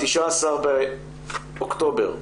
ב-9 באוקטובר,